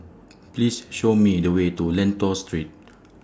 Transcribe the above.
Please Show Me The Way to Lentor Street